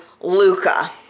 Luca